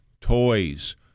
toys